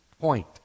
point